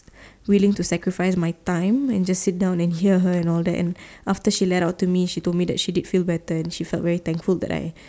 willing to sacrifice my time and just sit down and hear her and all that and after she let out to me she told me that she did feel better and she felt very thankful that I